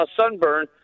sunburn